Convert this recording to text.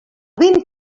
vent